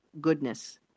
goodness